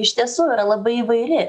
iš tiesų yra labai įvairi